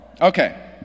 Okay